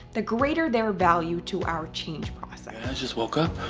the greater their value to our change process. i just woke up,